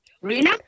Rina